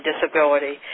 Disability